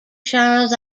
charles